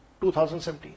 2017